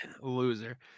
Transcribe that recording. loser